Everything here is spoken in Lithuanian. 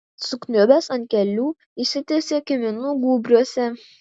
sukniubęs ant kelių išsitiesė kiminų gūbriuose